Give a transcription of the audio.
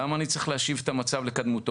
למה אני צריך להשיב את המצב לקדמותו?